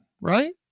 right